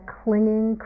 clinging